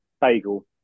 bagel